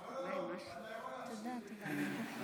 לא, לא, אתה יכול להמשיך בינתיים.